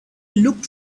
looked